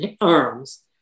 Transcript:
arms